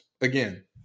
Again